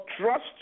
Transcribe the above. trust